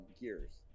Gears